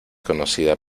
conocida